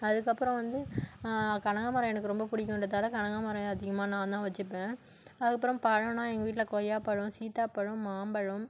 அதுக்கப்புறம் வந்து கனகாமரம் எனக்கு ரொம்ப பிடிக்குன்றதால கனகாமரம் அதிகமாக நான் தான் வெச்சுப்பேன் அதுக்கப்புறம் பழன்னால் எங்கள் வீட்டில் கொய்யாப்பழம் சீதாப்பழம் மாம்பழம்